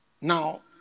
now